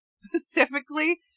specifically